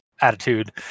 attitude